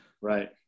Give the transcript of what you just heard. Right